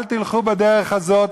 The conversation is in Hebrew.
אל תלכו בדרך הזאת,